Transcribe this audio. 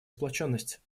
сплоченность